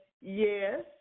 yes